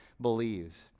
believes